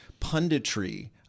punditry